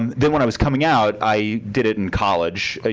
then when i was coming out, i did it in college. ah